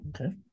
Okay